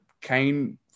Kane